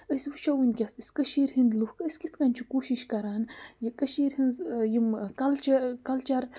أسۍ وٕچھو وٕنۍکٮ۪س أسۍ کٔشیٖرِ ہِنٛدۍ لُکھ أسۍ کِتھ کَنۍ چھِ کوٗشِش کَران یہِ کٔشیٖرِ ہٕنٛز یِم کَلچَر کَلچَر